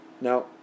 Now